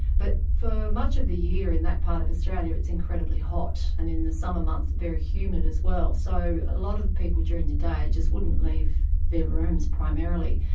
but for much of the year in that part of australia it's incredibly hot, and in the summer months very humid as well. so a lot of the people during the day just wouldn't leave their rooms, primarily.